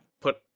put